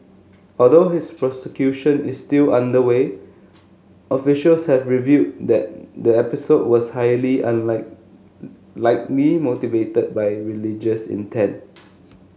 although his prosecution is still underway officials have revealed that the episode was highly unlike likely motivated by religious intent